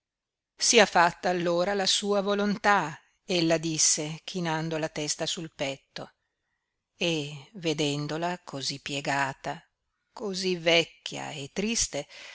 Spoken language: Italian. sia fatta allora la sua volontà ella disse chinando la testa sul petto e vedendola cosí piegata cosí vecchia e triste